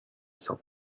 salt